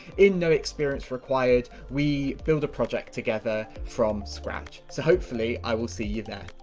in no experience required, we build a project together from scratch. so hopefully, i will see you there.